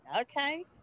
Okay